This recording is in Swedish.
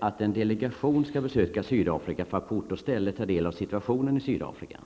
att en delegation skall besöka Sydafrika för att på ort och ställe ta del av situationen i Sydafrika.